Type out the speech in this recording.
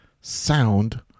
sound